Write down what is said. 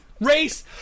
Race